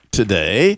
today